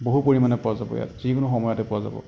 বহু পৰিমাণে পোৱা যাব ইয়াত যিকোনো সময়তে পোৱা যাব